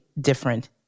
different